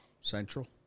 Central